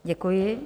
Děkuji.